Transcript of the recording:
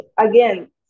again